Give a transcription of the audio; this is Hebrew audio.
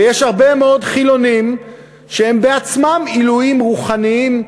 ויש הרבה מאוד חילונים שהם בעצמם עילויים רוחניים,